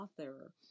author